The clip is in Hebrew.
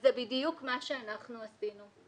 וזה בדיוק מה שאנחנו עשינו.